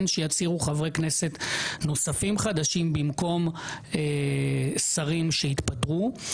שיצהירו חברי כנסת נוספים חדשים במקום שרים שיתפטרו.